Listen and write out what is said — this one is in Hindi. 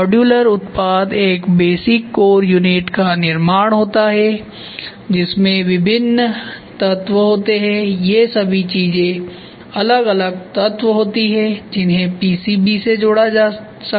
मॉड्यूलर उत्पाद एक बेसिक कोर यूनिट का निर्माण होता है जिसमें विभिन्न तत्व होते हैं ये सभी चीजें अलग अलग तत्व होती हैं जिन्हें पीसीबी से जोड़ा जा सकता है